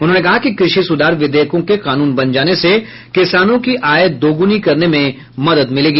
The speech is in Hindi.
उन्होंने कहा कि कृषि सुधार विधेयकों के कानून बन जाने से किसानों की आय दोगुणी करने में मदद मिलेगी